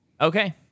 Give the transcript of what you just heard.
Okay